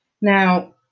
Now